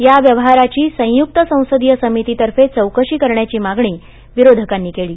या व्यवहाराची संयुक्त संसदीय समितीतर्फे चौकशी करण्याची मागणी विरोधकांनी केली आहे